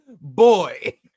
Boy